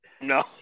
No